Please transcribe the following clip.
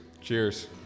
Cheers